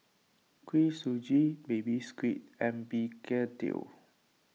Kuih Suji Baby Squid and Begedil